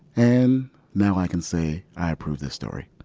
and now i can say, i approve this story.